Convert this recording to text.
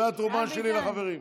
זאת התרומה שלי לחברים.